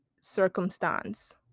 circumstance